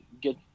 get